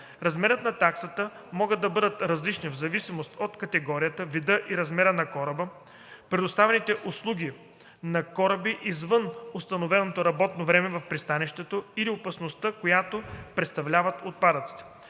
размерите на таксата могат да бъдат различни в зависимост от категорията, вида и размера на кораба, предоставяните услуги на кораби извън установеното работно време в пристанището или опасността, която представляват отпадъците;